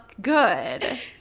good